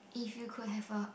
if you could have a